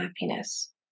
happiness